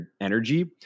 energy